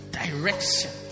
direction